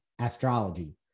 astrology